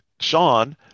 Sean